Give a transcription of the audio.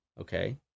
Okay